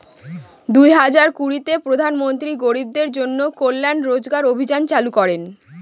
দুই হাজার কুড়িতে প্রধান মন্ত্রী গরিবদের জন্য কল্যান রোজগার অভিযান চালু করেন